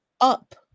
up